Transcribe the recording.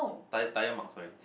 tired tyre mark sorry